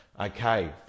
Okay